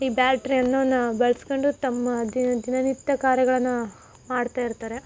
ಈ ಬ್ಯಾಟ್ರಿ ಅನ್ನೋನ ಬಳಸ್ಕೊಂಡು ತಮ್ಮ ದಿನ ದಿನನಿತ್ಯ ಕಾರ್ಯಗಳನ್ನು ಮಾಡ್ತಾ ಇರ್ತಾರೆ